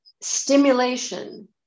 stimulation